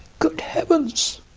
good heavens!